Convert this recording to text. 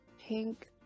Pink